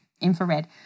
infrared